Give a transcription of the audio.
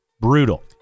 brutal